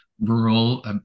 rural